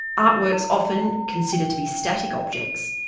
artworks, often considered to be static objects,